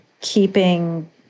keeping